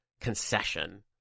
concession